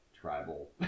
tribal